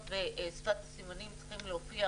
כתוביות ושפת הסימנים צריכים להופיע